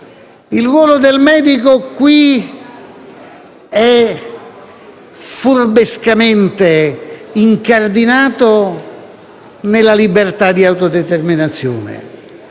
il ruolo del medico, che qui è furbescamente incardinato nella libertà di autodeterminazione.